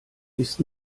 ist